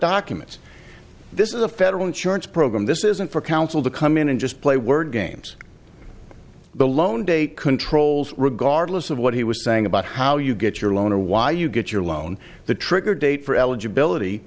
documents this is a federal insurance program this isn't for council to come in and just play word games the loan date controls regardless of what he was saying about how you get your loan or why you get your loan the trigger date for eligibility